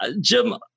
Jim